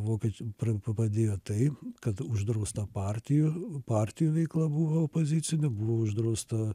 vokiečiams pa padėjo tai kad uždrausta partijų partijų veikla buvo opozicinių buvo uždrausta